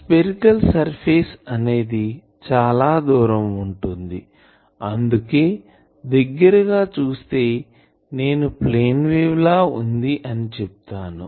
spherical surface అనేది చాలా దూరం ఉంటుంది అందుకే దగ్గరగా చూస్తే నేను ప్లేన్ వేవ్ లా వుంది అని చెప్తున్నాను